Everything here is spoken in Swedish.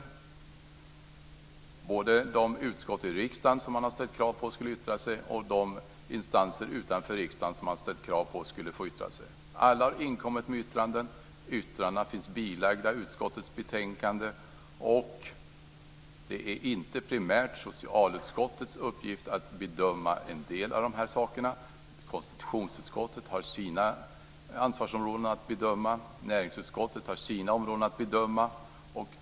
Det gäller både utskott i riksdagen och instanser utanför riksdagen som man krävt skulle yttra sig. Alla har inkommit med yttranden. Yttrandena finns bilagda utskottets betänkande. Det är inte primärt socialutskottets uppgift att bedöma en del av frågorna. Konstitutionsutskottet har sina ansvarsområden att bedöma. Näringsutskottet har sina.